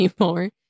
anymore